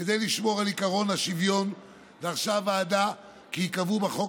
כדי לשמור על עקרון השוויון דרשה הוועדה כי ייקבעו בחוק